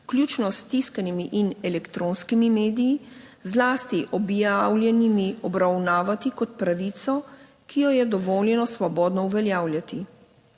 vključno s tiskanimi in elektronskimi mediji, zlasti objavljenimi, obravnavati kot pravico, ki jo je dovoljeno svobodno uveljavljati.